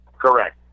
Correct